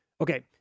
Okay